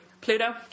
Pluto